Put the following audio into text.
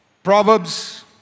Proverbs